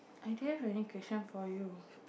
are there any question for you